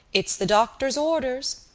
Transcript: it's the doctor's orders.